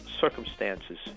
circumstances